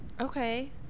Okay